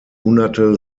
hunderte